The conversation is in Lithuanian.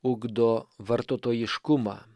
ugdo vartotojiškumą